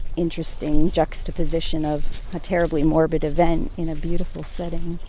interesting juxtaposition of a terribly morbid event in a beautiful setting.